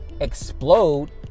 explode